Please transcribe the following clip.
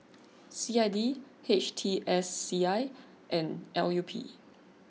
C I D H T S C I and L U P